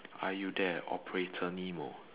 are you there operator nemo